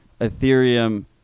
Ethereum